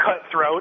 cutthroat